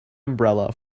umbrella